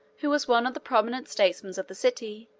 who was one of the prominent statesmen of the city,